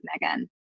Megan